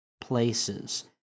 places